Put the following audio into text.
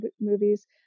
movies